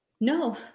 No